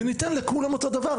וניתן לכולם אותו הדבר.